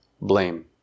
blame